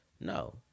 No